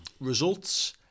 results